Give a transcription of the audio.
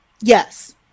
Yes